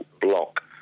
block